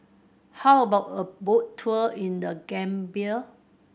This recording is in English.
how about a boat tour in The Gambia